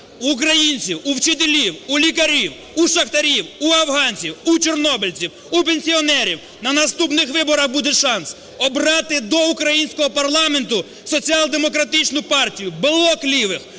У українців, у вчителів, у лікарів, у шахтарів, у афганців, у чорнобильців, у пенсіонерів на наступних виборах буде шанс обрати до українського парламенту Соціал-демократичну партію, блок лівих,